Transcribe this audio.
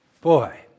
Boy